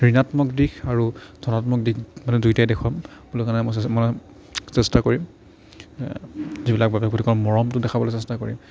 ঋণাত্মক দিশ আৰু ধনাত্মক দিশ মানে দুয়োটাই দেখুৱাম সেই বুলি মানে মানে চেষ্টা কৰিম যিবিলাক বাপেক পুতেকৰ মৰমটো দেখাবলৈ চেষ্টা কৰিম